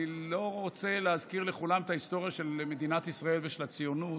אני לא רוצה להזכיר לכולם את ההיסטוריה של מדינת ישראל ושל הציונות,